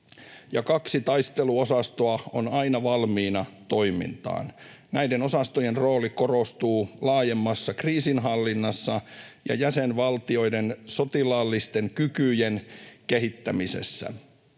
kaksi taisteluosastoa on aina valmiina toimintaan. Näiden osastojen rooli korostuu laajemmassa kriisinhallinnassa ja jäsenvaltioiden sotilaallisten kykyjen kehittämisessä.